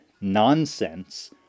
nonsense